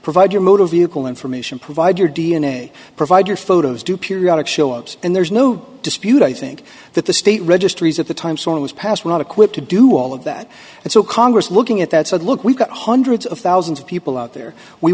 provide your motor vehicle information provide your d n a provide your photos do periodic show ups and there's no dispute i think that the state registries at the time so it was passed were not equipped to do all of that and so congress looking at that said look we've got hundreds of thousands of people out there we